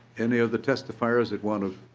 any other testifiers that want ah